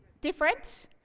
Different